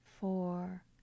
four